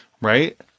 right